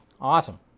Awesome